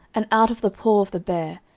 and out of the paw of the bear,